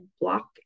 block